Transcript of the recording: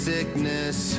sickness